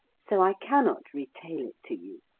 so i cannot retail it to you.